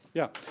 yeah.